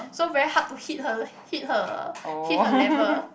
so very hard to hit her hit her hit her level